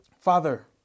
Father